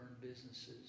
businesses